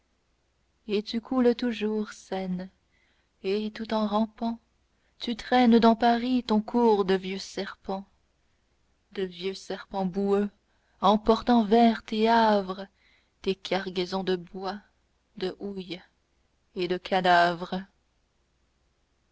et tu coules toujours seine et tout en rampant tu traînes dans paris ton cours de vieux serpent de vieux serpent boueux emportant vers tes havres tes cargaisons de bois de houille et de cadavres